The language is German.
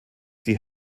die